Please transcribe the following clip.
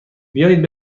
بیایید